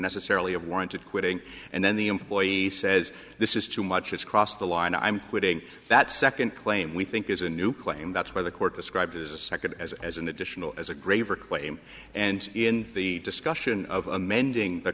necessarily have warranted quitting and then the employee says this is too much it's crossed the line i'm quitting that second claim we think is a new claim that's where the court described it as a second as as an additional as a graver claim and in the discussion and of amending the